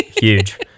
Huge